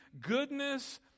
goodness